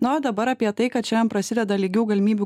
na o dabar apie tai kad šiandien prasideda lygių galimybių